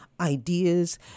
ideas